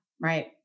Right